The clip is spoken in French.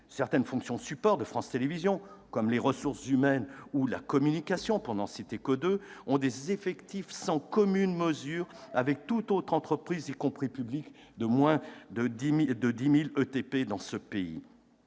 Certaines fonctions supports de France Télévisions comme les ressources humaines ou la communication- pour n'en citer que deux -ont des effectifs sans commune mesure avec toute autre entreprise, y compris publique, de moins de 10 000 ETP dans ce pays